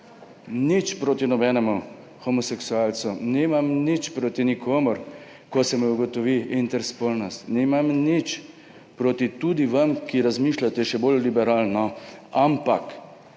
nič proti nobenemu homoseksualcu, nič nimam proti nikomur, ko se mu ugotovi interspolnost, nič tudi nimam proti vam, ki razmišljate še bolj liberalno, ampak